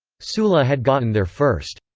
sulla had gotten there first.